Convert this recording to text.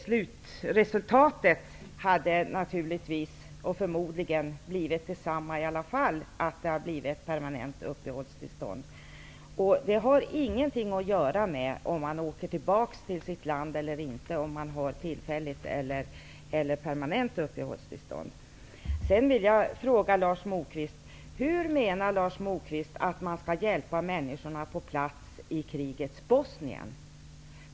Slutresultatet hade förmodligen blivit detsamma i alla fall, att det hade blivit ett permanent uppehållstillstånd. Om man åker tillbaka till sitt land eller inte har inget att göra med om man har tillfälligt eller permanent uppehållstillstånd. Hur menar Lars Moquist att man skall hjälpa människorna på plats i krigets Bosnien?